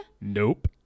Nope